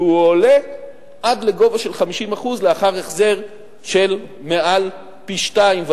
והוא עולה עד לגובה של 50% לאחר החזר של מעל לפי-שניים,